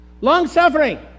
Long-suffering